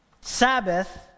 Sabbath